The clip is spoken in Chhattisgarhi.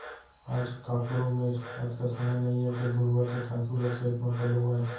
आज काकरो मेर अतका समय नइये के घुरूवा के खातू ल खेत म पलोवय